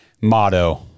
motto